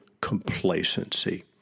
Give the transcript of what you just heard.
complacency